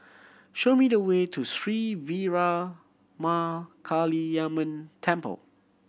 show me the way to Sri Veeramakaliamman Temple